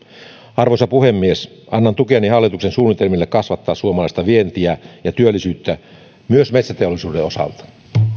arvoisa puhemies annan tukeni hallituksen suunnitelmille kasvattaa suomalaista vientiä ja työllisyyttä myös metsäteollisuuden osalta